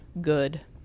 good